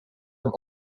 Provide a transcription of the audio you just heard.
i’ve